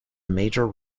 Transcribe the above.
major